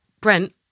Brent